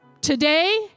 Today